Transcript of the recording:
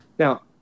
Now